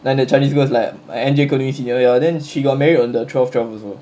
then the chinese girl's like N_J korisia then she got married on the twelve twelve also